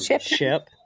Ship